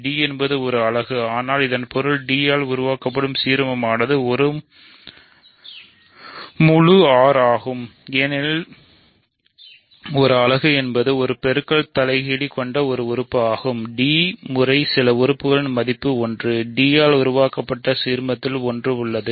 d என்பது ஒரு அலகு ஆனால் இதன் பொருள் d ஆல் உருவாக்கப்படும் சீர்மமானது முழு R ஆகும் ஏனெனில் ஒரு அலகு என்பது ஒரு பெருக்க தலைகீழ் கொண்ட ஒரு உறுப்பு ஆகும் d முறை சில உறுப்புகலின் மதிப்பு ஒன்று d ஆல் உருவாக்கப்பட்ட சீர்மத்தில் ஒன்று உள்ளது